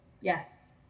Yes